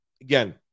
Again